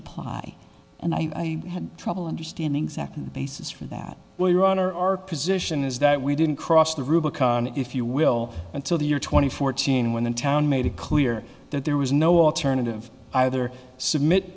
apply and i had trouble understanding exactly the basis for that well your honor our position is that we didn't cross the rubicon if you will until the year twenty fourteen when the town made it clear that there was no alternative either submit